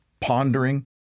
pondering